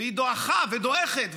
והיא דעכה ודועכת,